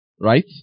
right